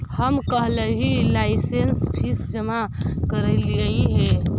हम कलहही licence fees जमा करयलियइ हे